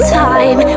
time